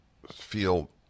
feel